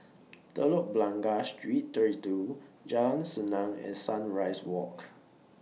Telok Blangah Street thirty two Jalan Senang and Sunrise Walk